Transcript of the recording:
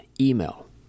Email